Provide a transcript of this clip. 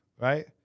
right